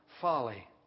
folly